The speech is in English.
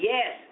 Yes